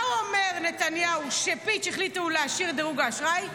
מה אומר נתניהו כשפיץ' החליטו להשאיר את דירוג האשראי?